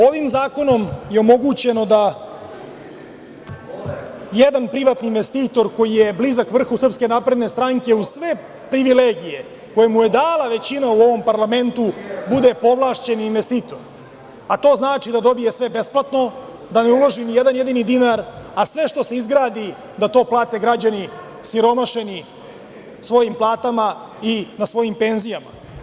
Ovim zakonom je omogućeno da jedan privatni investitor koji je blizak vrhu SNS uz sve privilegije koje mu je dala većina u ovom parlamentu bude povlašćen investitor, a to znači da dobije sve besplatno, da ne ulaže ni jedan jedini dinar, a sve što se izgradi, da to plate građani osiromašeni svojim platama i na svojim penzijama.